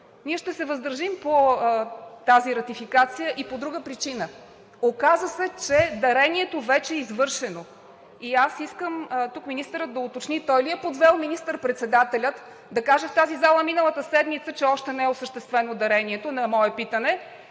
Ние ще се въздържим по тази ратификация и по друга причина – оказа се, че дарението вече е извършено. И аз искам тук министърът да уточни: той ли е подвел министър-председателя да каже в тази зала миналата седмица, че още не е осъществено дарението – на мое питане,